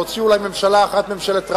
להוציא אולי ממשלה אחת, ממשלת רבין,